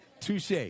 Touche